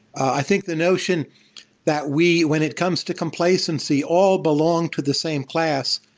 i think the notion that we, when it comes to complacency, all belong to the same class,